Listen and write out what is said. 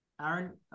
Aaron